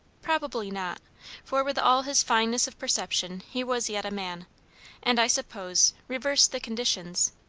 probably not for with all his fineness of perception he was yet a man and i suppose, reverse the conditions,